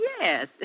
Yes